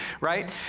right